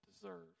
deserve